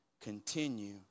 continue